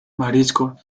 marisco